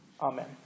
Amen